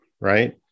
right